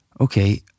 Okay